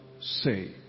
say